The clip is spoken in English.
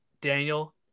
Daniel